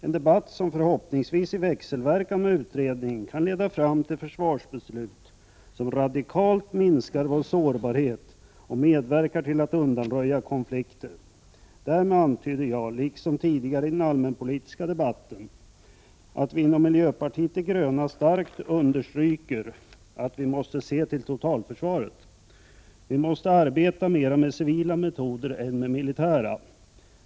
En debatt som förhoppningsvis i växelverkan med utredningen kan leda fram till försvarsbeslut, som radikalt minskar vår sårbarhet och medverkar till att undanröja konflikter. Därmed antyder jag liksom tidigare i den allmänpolitiska debatten att vi inom miljöpartiet de gröna starkt understryker att vi måste se till totalförsvaret. Vi måste arbeta mer med civila metoder än med militära.